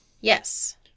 Yes